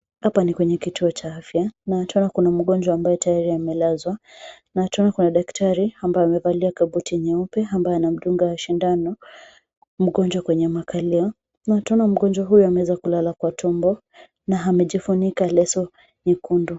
Hapa ni kwenye kituo cha afya na tunaona kuna mgonjwa tayari amelazwa na tunaona kuna daktari ambaye amevalia kabuti nyeupe ambaye anamdunga sindano mgonjwa kwenye makalio na tunaona mgonjwa huyu ameweza kulala na tumbo na amejifunika leso nyekundu.